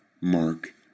mark